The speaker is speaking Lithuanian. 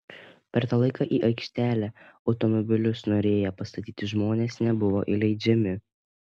per tą laiką į aikštelę automobilius norėję pastatyti žmonės nebuvo įleidžiami